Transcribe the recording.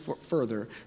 further